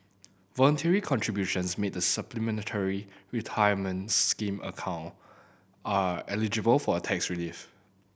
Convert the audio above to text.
voluntary contributions made the Supplementary Retirement Scheme account are eligible for a tax relief